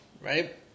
Right